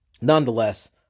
nonetheless